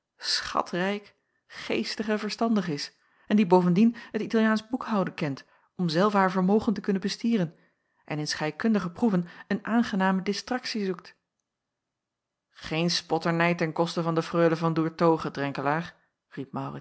schatrijk geestig en verstandig is en die bovendien t italiaansch boekhouden kent om zelve haar vermogen te kunnen bestieren en in scheikundige proeven een aangename distraktie zoekt geen spotternij ten koste van de freule van doertoghe